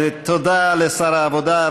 תודה לשר העבודה,